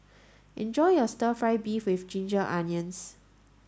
enjoy your stir fry beef with ginger onions